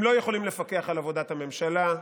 הם לא יכולים לפקח על עבודת הממשלה,